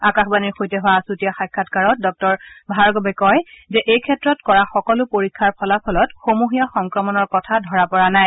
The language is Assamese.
আকাশবাণীৰ সৈতে হোৱা আচৃতীয়া সাক্ষাৎকাৰত ডাঃ ভাৰ্গৱে কয় যে এই ক্ষেত্ৰত কৰা সকলো পৰীক্ষাৰ ফলাফলত সমূহীয়া সংক্ৰমণৰ কথা ধৰা পৰা নাই